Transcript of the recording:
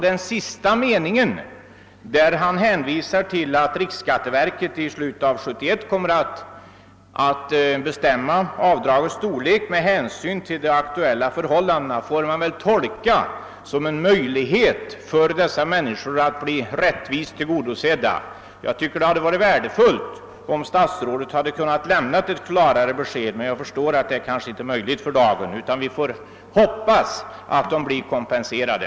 Den sista meningen, i vilken han hänvisade till att riksskatteverket i slutet av år 1971 kommer att bestämma avdragets storlek med hänsyn till de aktuella förhållandena, får man väl tolka som en möjlighet för dessa människor att bli rättvist behandlade. Det hade varit värdefullt om statsrådet hade kunnat lämna ett klarare besked, men jag förstår att det kanske inte är möjligt för dagen. Vi får emellertid hoppas att de många bilpendlarna blir kompenserade.